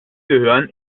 gehören